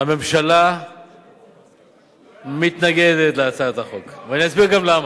הממשלה מתנגדת להצעת החוק, ואני אסביר גם למה.